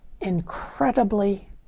incredibly